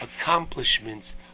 accomplishments